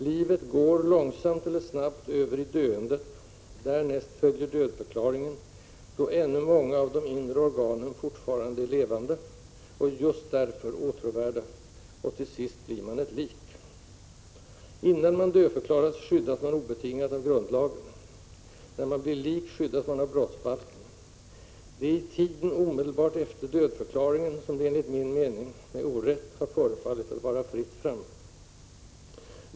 Livet går, långsamt eller snabbt, över i döendet. Därnäst följer dödförklaringen, då ännu många av de inre organen fortfarande är levande och just därför åtråvärda, och till sist blir man ett lik. Innan man dödförklaras skyddas man obetingat av grundlagen. När man blir lik skyddas man av brottsbalken. Det är i tiden omedelbart efter dödförklaringen som det — enligt min mening med orätt — har förefallit att vara ”fritt fram”.